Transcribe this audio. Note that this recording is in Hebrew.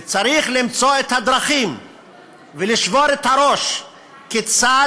וצריך למצוא את הדרכים ולשבור את הראש כיצד